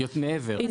מעבר?